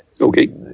Okay